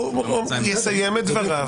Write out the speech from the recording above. הוא יסיים את דבריו.